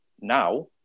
now